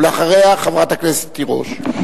ואחריה, חברת הכנסת תירוש.